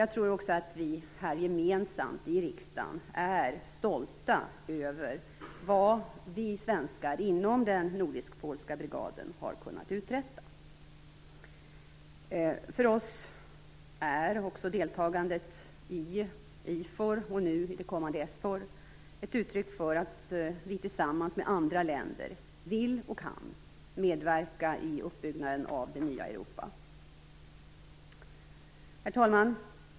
Jag tror också att vi gemensamt i riksdagen är stolta över vad vi svenskar har kunnat uträtta inom den nordisk-polska brigaden. För oss är också deltagandet i IFOR och nu i det kommande SFOR ett uttryck för att vi tillsammans med andra länder vill och kan medverka i uppbyggnaden av det nya Europa. Herr talman!